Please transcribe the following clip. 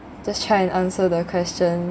just try and answer the question